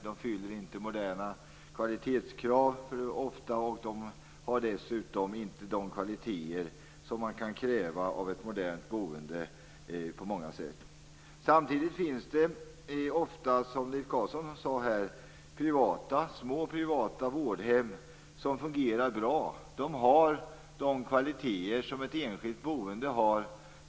De fyller ofta inte moderna kvalitetskrav, och de har dessutom inte de kvaliteter som man kan kräva av ett modernt boende på många sätt. Samtidigt finns det ofta, som Leif Carlson sade, små privata vårdhem som fungerar bra. De har de kvaliteter som ett enskilt boende har.